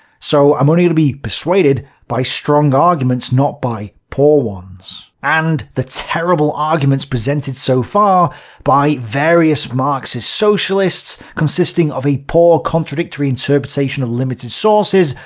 so i'm only going to be persuaded by strong arguments, not by poor ones. and the terrible arguments presented so far by various marxist-socialists, consisting of a poor contradictory interpretation of limited sources,